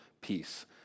peace